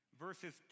verses